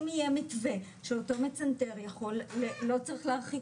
אם יהיה מתווה שאותו מצנתר יכול לא צריך להרחיק